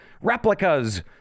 replicas